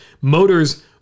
motors